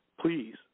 please